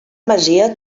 masia